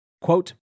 Quote